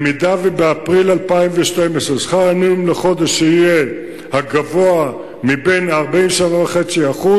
באפריל 2012 שכר המינימום לחודש יהיה הגבוה מבין אלה: 47.5%,